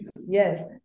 Yes